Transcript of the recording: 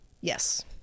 Yes